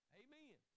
amen